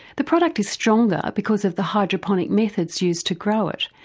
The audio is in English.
the product is stronger because of the hydroponic methods used to grow it,